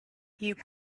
you